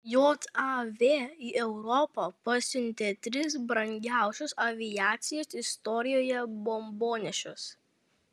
jav į europą pasiuntė tris brangiausius aviacijos istorijoje bombonešius